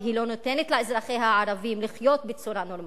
היא לא נותנת לאזרחיה הערבים לחיות בצורה נורמלית,